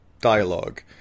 dialogue